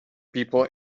people